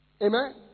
Amen